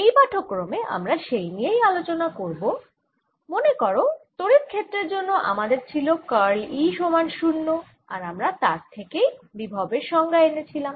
এই পাঠক্রমে আমরা সেই নিয়েই আলোচনা করব মনে করো তড়িৎ ক্ষেত্রের জন্য আমাদের ছিল কার্ল E সমান 0 আর আমরা তার থেকেই বিভবের সংজ্ঞা এনেছিলাম